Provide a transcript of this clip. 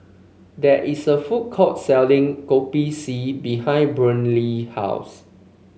there is a food court selling Kopi C behind Brynlee house